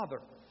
Father